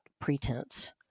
pretense